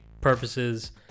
purposes